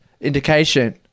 indication